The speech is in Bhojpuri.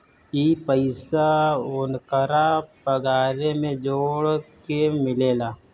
ई पइसा ओन्करा पगारे मे जोड़ के मिलेला